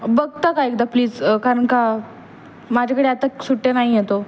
बघता का एकदा प्लिज कारण का माझ्याकडे आता सुट्टे नाही आहेत हो